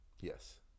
Yes